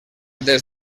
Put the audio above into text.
des